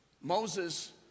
Moses